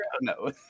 no